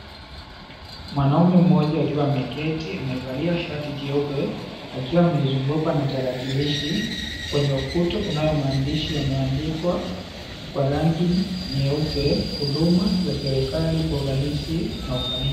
Mwanaume mmoja akiwa ameketi amevalia shati jeupe, akiwa amezungukwa na tarakilishi. Kwenye ukuta kunayo maandishi yameandikwa kwa rangi nyeupe huduma za serikali kwa urahisi na ufanisi.